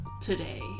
today